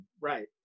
Right